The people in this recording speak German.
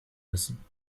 müssen